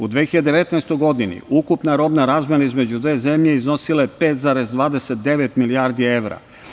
U 2019. godini ukupna robna razmena između dve zemlje iznosila je 5,29 milijardi evra.